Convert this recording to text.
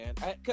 man